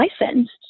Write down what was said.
licensed